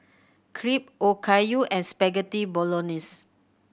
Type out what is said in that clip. Crepe Okayu and Spaghetti Bolognese